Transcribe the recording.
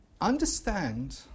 Understand